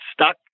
stuck